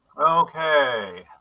okay